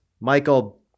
Michael